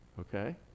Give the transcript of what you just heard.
Okay